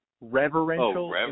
Reverential